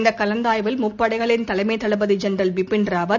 இந்த கலந்தாய்வில் முப்படைகளின் தலைமை தளபதி ஜெனரல் பிபின் ராவத்